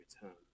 return